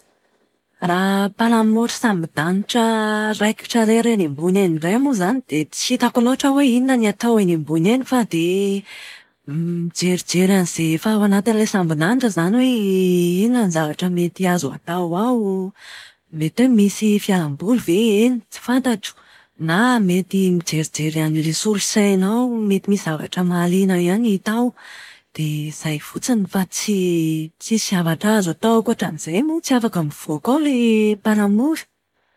Raha mpanamory sambon-danitra raikitra irery eny ambony eny indray moa izany dia tsy hitako loatra hoe inona no atao eny ambony eny fa dia mijerijery an'izay efa ao anatin'ilay sambon-danitra izany hoe inona ny zavatra mety azo atao ao. Mety hoe misy fialam-boly ve eny? Tsy fantatro. Na mety mijerijery an'ilay solosaina ao, mety misy zavatra mahaliana ihany tao. Dia izay fotsiny fa tsy tsisy zavatra azo atao ankoatran'izay moa, tsy afaka mivoaka ao ilay mpanamory.